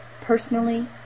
personally